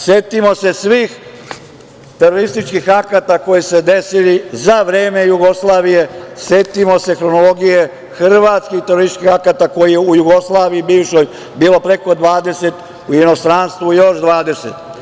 Setimo se svih terorističkih akata koji su se desili za vreme Jugoslavije, setimo se hronologije hrvatskih terorističkih akata kojih je u Jugoslaviji bivšoj bilo preko 20, u inostranstvu još 20.